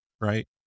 right